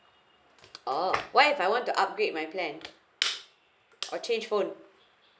oh what if I want to upgrade my plan or change phone